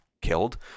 killed